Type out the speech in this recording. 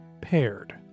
Paired